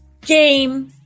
game